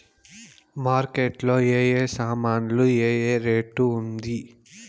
Market లో ఏ ఏ సామాన్లు ఏ ఏ రేటు ఉంది?